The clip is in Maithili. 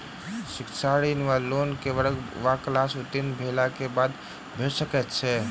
शिक्षा ऋण वा लोन केँ वर्ग वा क्लास उत्तीर्ण भेलाक बाद भेट सकैत छी?